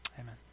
amen